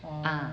ah